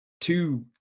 two